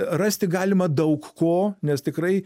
rasti galima daug ko nes tikrai